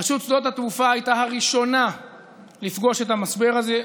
רשות שדות התעופה הייתה הראשונה לפגוש את המשבר הזה,